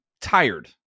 tired